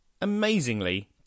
Amazingly